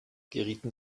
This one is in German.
gerieten